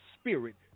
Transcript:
spirit